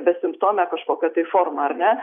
besimptome kažkokia tai forma ar ne